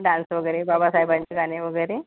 dance वगैरे बाबासाहेबांचे गाणे वगैरे